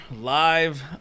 live